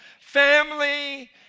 family